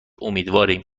امیدواریم